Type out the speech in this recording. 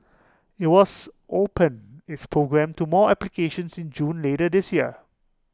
IT was open its program to more applications in June later this year